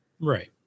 Right